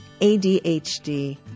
ADHD